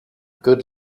good